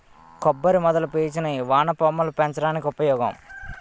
కొబ్బరి మొదల పీచులు వానపాములు పెంచడానికి ఉపయోగం